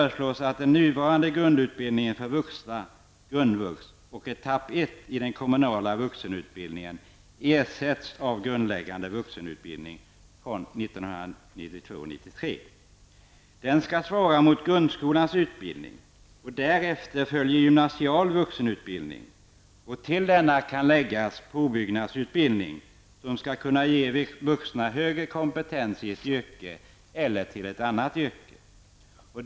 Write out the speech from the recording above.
Den skall svara mot grundskolans utbildning. Därefter följer gymnasial vuxenutbildning. Till denna kan läggas påbyggnadsutbildning, som skall kunna ge vuxna högre kompetens i ett yrke eller utbildning till ett annat yrke.